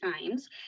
times